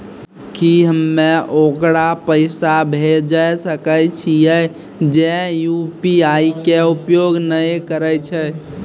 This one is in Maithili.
की हम्मय ओकरा पैसा भेजै सकय छियै जे यु.पी.आई के उपयोग नए करे छै?